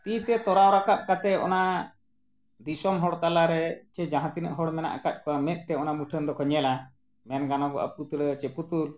ᱛᱤᱛᱮ ᱛᱚᱨᱟᱣ ᱨᱟᱠᱟᱵ ᱠᱟᱛᱮᱫ ᱚᱱᱟ ᱫᱤᱥᱚᱢ ᱦᱚᱲ ᱛᱟᱞᱟᱨᱮ ᱥᱮ ᱡᱟᱦᱟᱸ ᱛᱤᱱᱟᱹᱜ ᱦᱚᱲ ᱢᱮᱱᱟᱜ ᱟᱠᱟᱫ ᱠᱚᱣᱟ ᱢᱮᱫ ᱛᱮ ᱚᱱᱟ ᱢᱩᱴᱷᱟᱹᱱ ᱫᱚᱠᱚ ᱧᱮᱞᱟ ᱢᱮᱱ ᱜᱟᱱᱚᱜᱚᱼᱟ ᱯᱩᱛᱲᱟᱹ ᱥᱮ ᱯᱩᱛᱩᱞ